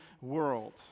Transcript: world